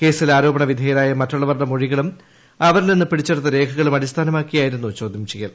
കേസിൽ ആരോപണ വിധേയരായ മറ്റുള്ളവരുടെ മൊഴികളും അവരിൽ നിന്ന് പിടിച്ചെടുത്ത രേഖകളും അടിസ്ഥാനമാക്കിയായിരുന്നു ചോദ്യം ചെയ്യൽ